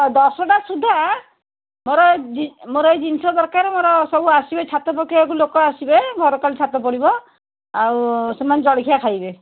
ଦଶଟା ସୁଦ୍ଧା ମୋର ମୋର ଏଇ ଜିନିଷ ଦରକାର ସବୁ ଆସିବେ ଛାତ ପକାଇବାକୁ ଲୋକ ଆସିବେ ଘର କାଲି ଛାତ ପଡ଼ିବ ଆଉ ସେମାନେ ଜଳଖିଆ ଖାଇବେ